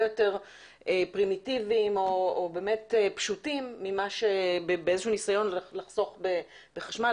יותר פרימיטיביים או פשוטים באיזשהו ניסיון לחסוך בחשמל.